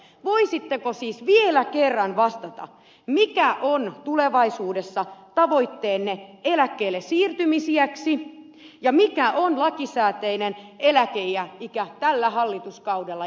voisitteko siis vielä kerran vastata mikä on tulevaisuudessa tavoitteenne eläkkeellesiirty misiäksi ja mikä on lakisääteinen eläkeikä tällä hallituskaudella